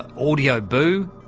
audioboo,